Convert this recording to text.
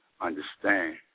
understand